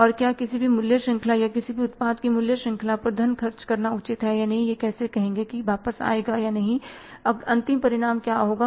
और क्या किसी भी मूल्य श्रृंखला या किसी उत्पाद की मूल्य श्रृंखला पर धन खर्च करना उचित है या नहीं यह कैसे कहेंगे कि वापस आएगा अंतिम परिणाम क्या होगा